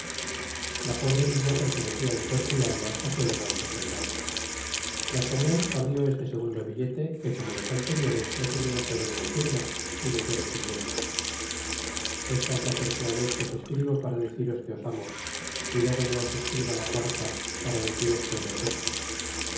ta pobre niña pertenecia en cuerpo y alma á su elegante soldado d'artagnan abrió este segundo billete que como los anteriores no tenia sobre ni firma y leyó lo siguiente esta es la tercera vez que os escribo para deciros que os amo cuidado no os escriba la cuarta para deciros que os detesto